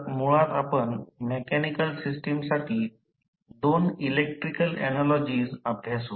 तर मुळात आपण मेकॅनिकल सिस्टमसाठी 2 इलेक्ट्रिकल ऍनालॉजीस अभ्यासू